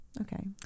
Okay